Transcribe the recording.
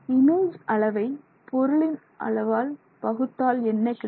image அளவை பொருளின் அளவு என்ன கிடைக்கும்